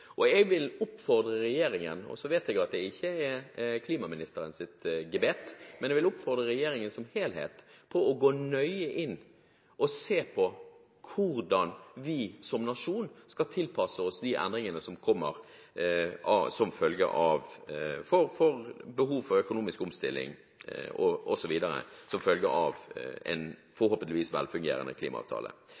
konsekvenser. Jeg vet at det ikke er klimaministerens gebet, men jeg vil oppfordre regjeringen som helhet til å gå nøye inn og se på hvordan vi som nasjon skal tilpasse oss de endringene som kommer – behovet for økonomisk omstilling osv. – som følge av en forhåpentligvis velfungerende klimaavtale.